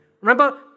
Remember